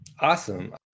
Awesome